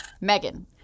Megan